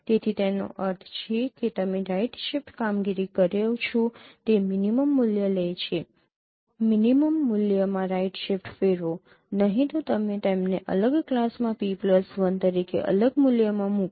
તેથી જેનો અર્થ છે કે તમે રાઇટ શિફ્ટ કામગીરી કરો છો તે મિનિમમ મૂલ્ય લે છે મિનિમમ મૂલ્યમાં રાઇટ શિફ્ટ ફેરવો નહીં તો તમે તેમને અલગ ક્લાસમાં P1 તરીકે અલગ મૂલ્યમાં મૂકો